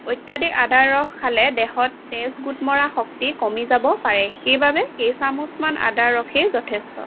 অত্যাধিক আদাৰ ৰস খালে দেহত তেজ গোট মৰা শক্তি কমি যাব পাৰে সেইবাবে কেইচামুচমান আদাৰ ৰসেই যথেষ্ট